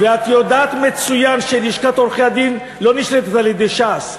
ואת יודעת מצוין שלשכת עורכי-הדין לא נשלטת על-ידי ש"ס,